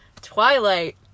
Twilight